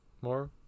more